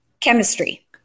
chemistry